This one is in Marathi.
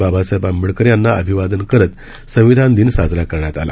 बाबासाहेब आंबेडकर यांना अभिवादन करत संविधान दिन साजरा करण्यात आला